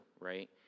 right